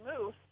move